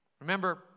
Remember